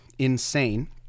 insane